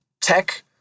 tech